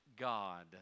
God